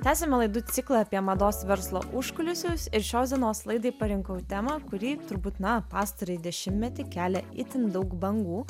tęsiame laidų ciklą apie mados verslo užkulisius ir šios dienos laidai parinkau temą kuri turbūt na pastarąjį dešimtmetį kelia itin daug bangų